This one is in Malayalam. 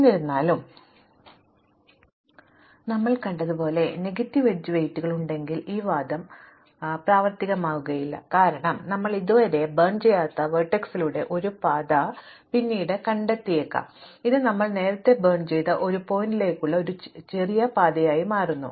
എന്നിരുന്നാലും നമ്മൾ കണ്ടതുപോലെ നെഗറ്റീവ് എഡ്ജ് വെയ്റ്റുകൾ ഉണ്ടെങ്കിൽ ഈ വാദം പ്രവർത്തിക്കില്ല കാരണം നമ്മൾ ഇതുവരെ കത്തിക്കാത്ത വെർട്ടെക്സിലൂടെ ഒരു പാത പിന്നീട് കണ്ടെത്തിയേക്കാം ഇത് ഞങ്ങൾ നേരത്തെ കത്തിച്ച ഒരു ശീർഷകത്തിലേക്കുള്ള ഒരു ചെറിയ പാതയായി മാറുന്നു